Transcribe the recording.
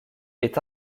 est